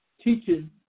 teaching